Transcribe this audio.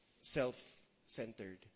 self-centered